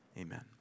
Amen